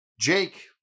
Jake